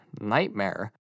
nightmare